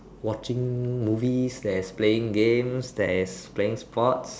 watching movies there's playing games there's playing sports